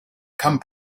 come